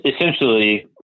essentially